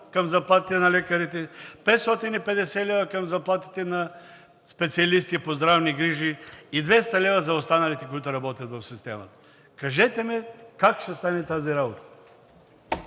към заплатите на лекарите, 550 лв. към заплатите на специалисти по здравни грижи и 200 лв. за останалите, които работят в системата? Кажете ми как ще стане тази работа?